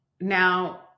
now